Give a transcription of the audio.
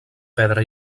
pedra